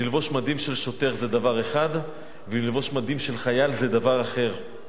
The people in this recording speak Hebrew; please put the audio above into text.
ללבוש מדים של שוטר זה דבר אחד וללבוש מדים של חייל זה דבר אחר.